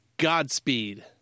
Godspeed